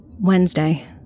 Wednesday